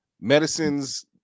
Medicines